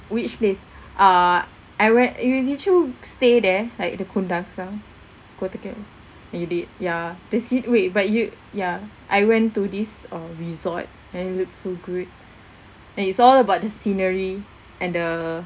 which place uh I went you did you stay there like the kundasang kota kina~ you did ya the seat wait but you ya I went to this uh resort then it looks so good and it's all about the scenery and the